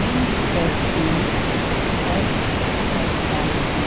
NBFC MFI के